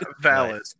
Valid